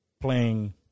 playing